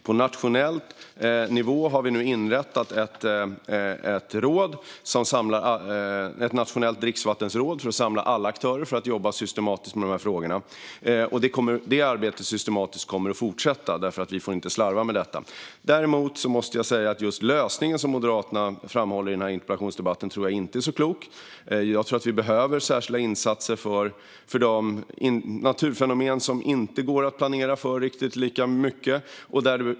På nationell nivå har vi nu inrättat ett nationellt dricksvattenråd som samlar alla aktörer för att jobba systematiskt med dessa frågor. Detta systematiska arbete kommer att fortsätta, för vi får inte slarva med det här. Däremot måste jag säga att jag inte tror att just den lösning som Moderaterna framhåller i interpellationsdebatten är så klok. Jag tror att vi behöver särskilda insatser för de naturfenomen som man inte kan planera riktigt lika mycket för.